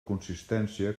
consistència